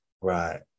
right